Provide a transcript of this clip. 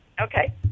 Okay